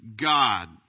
God